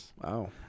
Wow